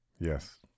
Yes